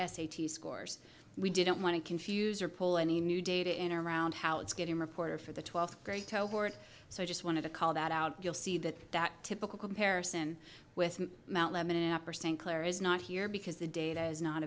s scores we didn't want to confuse or pull any new data in around how it's getting reporter for the twelfth grade so i just wanted to call that out you'll see that that typical comparison with mount lebanon app or st clair is not here because the data is not